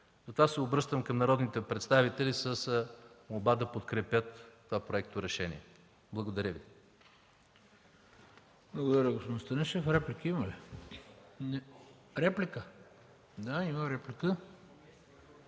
Затова се обръщам към народните представители с молба да подкрепят това проекторешение. Благодаря.